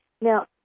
Now